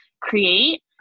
create